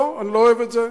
לא, אני לא אוהב את זה.